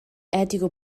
etico